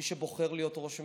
מי שבוחר להיות ראש הממשלה,